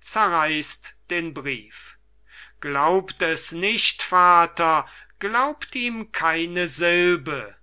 zerreißt den brief glaubt es nicht vater glaubt ihm keine sylbe